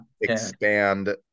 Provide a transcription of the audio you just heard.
expand